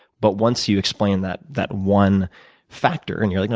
but once you explain that that one factor, and you're like, no,